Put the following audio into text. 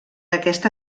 aquesta